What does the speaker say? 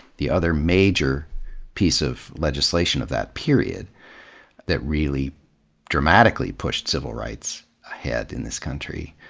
the other major piece of legislation of that period that really dramatically pushed civil rights ahead in this country.